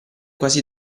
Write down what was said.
quasi